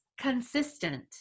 consistent